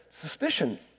suspicion